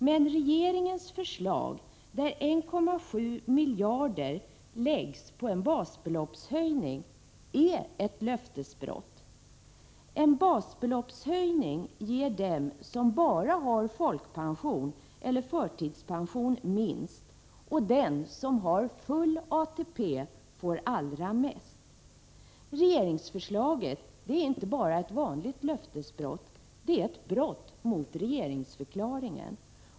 Men regeringens förslag, enligt vilket 1,7 miljarder skall användas till en basbeloppshöjning, är ett löftesbrott. En basbeloppshöjning ger minst åt den som har bara folkpension eller förtidspension, och den som har full ATP får allra mest. Regeringsförslaget är inte bara ett vanligt löftesbrott; Prot. 1986/87:105 — det är ett brott mot regeringsförklaringen.